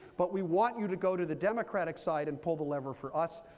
but we want you to go to the democratic side and pull the lever for us.